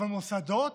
אבל מוסדות,